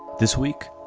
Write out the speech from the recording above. this week,